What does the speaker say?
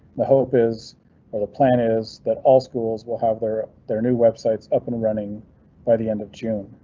the hope is for the plan is that all schools will have their their new web sites up and running by the end of june.